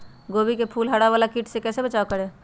गोभी के फूल मे हरा वाला कीट से कैसे बचाब करें?